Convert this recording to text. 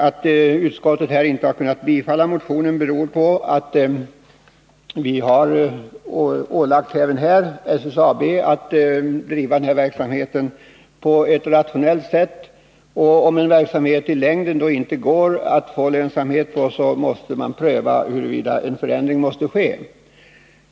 Att utskottet inte kunnat tillstyrka motionen beror på att SSAB även här är ålagt att driva sin verksamhet på rationellt sätt. Och om verksamheten i längden inte går att få lönsam måste det prövas huruvida en förändring måste ske.